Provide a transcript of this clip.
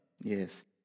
yes